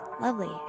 Lovely